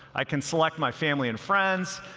i can select my family and friends.